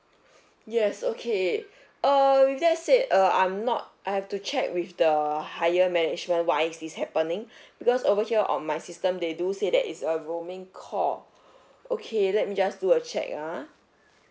yes okay err with that said uh I'm not I have to check with the higher management why is this happening because over here on my system they do say that is a roaming call okay let me just do a check ah